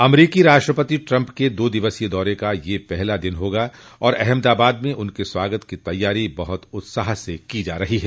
अमरीकी राष्ट्रपति ट्रंप के दो दिवसीय दौरे का यह पहला दिन होगा और अहमदाबाद में उनके स्वागत की तैयारी बहुत उत्साह से की जा रही है